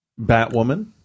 Batwoman